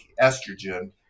estrogen